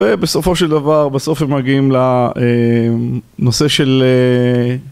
ובסופו של דבר, בסוף הם מגיעים לנושא של...